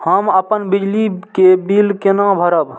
हम अपन बिजली के बिल केना भरब?